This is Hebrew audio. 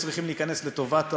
שהיו צריכים להיכנס לטובת העולים,